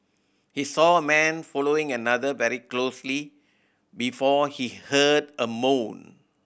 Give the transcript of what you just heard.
he saw a man following another very closely before he heard a moan